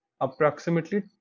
approximately